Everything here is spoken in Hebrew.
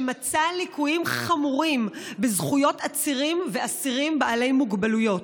שמצא ליקויים חמורים בזכויות עצירים ואסירים בעלי מוגבלויות.